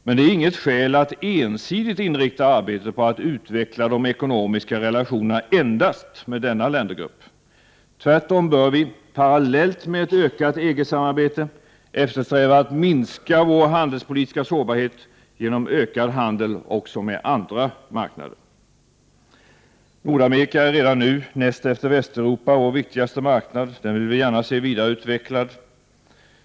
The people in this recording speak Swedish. Men det är inget skäl att ensidigt inrikta arbetet på att utveckla de ekonomiska relationerna endast med denna ländergrupp. Tvärtom bör vi, parallellt med ett ökat EG-samarbete, eftersträva att minska vår handelspolitiska sårbarhet genom ökad handel också med andra marknader. Nordamerika är redan nu, näst efter Västeuropa, vår viktigaste marknad. Den vill vi gärna se vidareutvecklad.